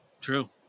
True